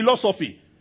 philosophy